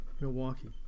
Milwaukee